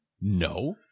No